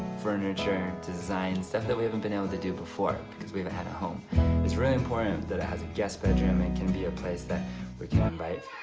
furniture, designs. stuff that we haven't been able to do before because we haven't had a home. it is really important that it has a guest bedroom and can be a place that we can invite